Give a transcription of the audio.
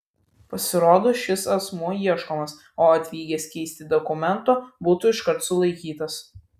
pasirodo šis asmuo ieškomas o atvykęs keisti dokumento būtų iškart sulaikytas